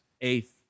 Eighth